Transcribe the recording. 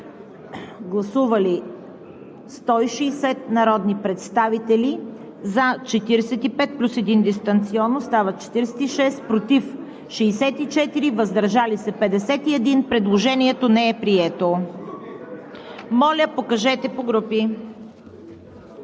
Гласували 160 народни представители: за 45 плюс един дистанционно – стават 46, против 64, въздържали се 51. Предложението не е прието. Господин